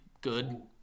Good